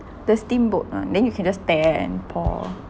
the steamboat one then you can just tear and pour